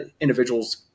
individuals